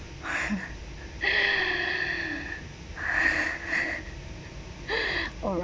oh right